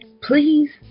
Please